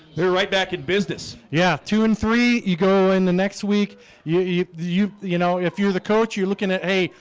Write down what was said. they were right back in business yeah, two and three you go in the next week you you you you know, if you're the coach you're looking at? hey,